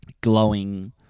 glowing